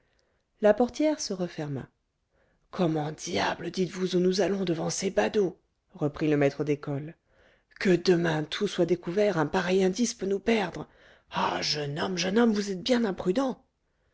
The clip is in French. la portière se referma comment diable dites-vous où nous allons devant ces badauds reprit le maître d'école que demain tout soit découvert un pareil indice peut nous perdre ah jeune homme jeune homme vous êtes bien imprudent